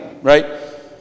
Right